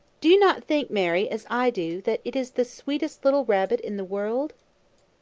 do you not think, mary, as i do, that it is the sweetest little rabbit in the world?